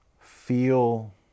feel